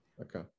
okay